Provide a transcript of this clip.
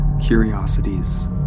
curiosities